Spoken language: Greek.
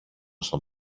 στον